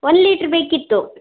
ಒಂದು ಲೀಟ್ರ್ ಬೇಕಿತ್ತು